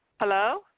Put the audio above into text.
Hello